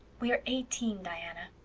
we're eighteen, diana.